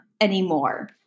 anymore